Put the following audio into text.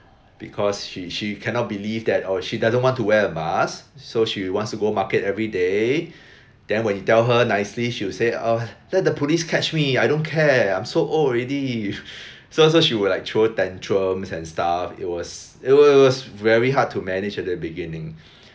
because she she cannot believe that or she doesn't want to wear a mask so she wants to go market everyday then when you tell her nicely she will say oh let the police catch me I don't care I'm so old already so so she would like throw tantrums and stuff it was it was it was very hard to manage at the beginning